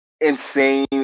insane